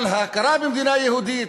הכרה במדינה יהודית,